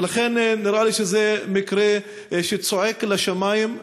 נראה לי שזה מקרה שזועק לשמים.